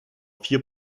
vier